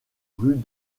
rues